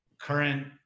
current